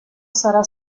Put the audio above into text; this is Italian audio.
sarà